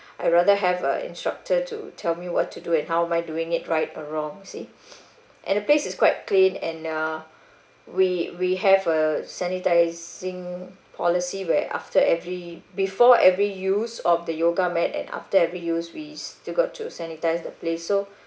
I rather have a instructor to tell me what to do and how am I doing it right or wrong you see and the place is quite clean and uh we we have a sanitizing policy where after every before every use of the yoga mat and after every use we still got to sanitize the place so